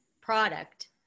product